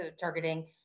targeting